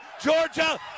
Georgia